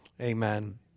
amen